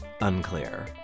Unclear